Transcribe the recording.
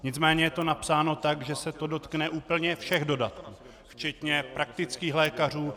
Nicméně je to napsáno tak, že se to dotkne úplně všech dodatků, včetně praktických lékařů.